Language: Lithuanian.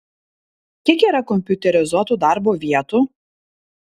kiek yra kompiuterizuotų darbo vietų